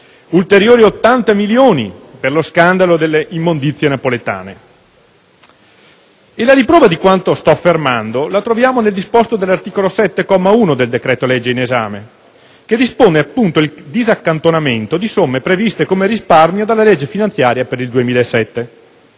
ulteriori 80 milioni per lo scandalo delle immondizie napoletane. La riprova di quanto sto affermando la troviamo nel disposto dell'articolo 7, comma 1, del decreto-legge in esame, che dispone il disaccantonamento di somme previste come risparmio della legge finanziaria per il 2007.